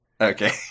Okay